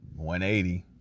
180